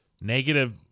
negative